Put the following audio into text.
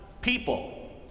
people